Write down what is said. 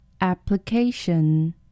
application